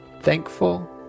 thankful